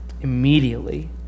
Immediately